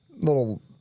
little